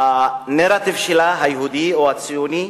הנרטיב שלה, היהודי או הציוני,